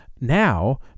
Now